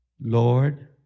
Lord